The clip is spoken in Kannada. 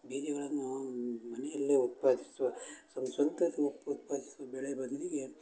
ಬೀಜಗಳನ್ನೂ ಮನೆಯಲ್ಲೇ ಉತ್ಪಾದಿಸುವ ಸ್ವಂತಕ್ಕೆ ಉಪ್ ಉತ್ಪಾದಿಸುವ ಬೆಳೆ ಬದಲಿಗೆ